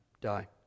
die